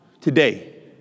today